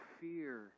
fear